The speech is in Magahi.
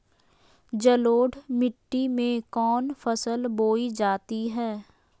जलोढ़ मिट्टी में कौन फसल बोई जाती हैं?